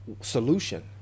solution